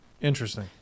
Interesting